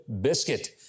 biscuit